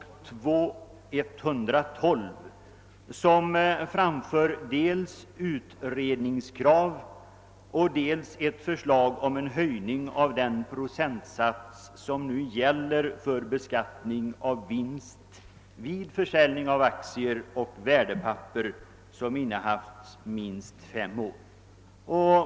I det förstnämnda motionsparet framförs dels ett utredningskrav, dels ett förslag om höjning av den procentsats som nu gäller för beskattning av vinst vid försäljning av aktier och värdepapper som innehafts minst fem år.